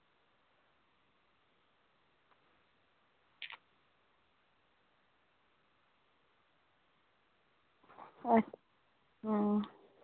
अच्छा अं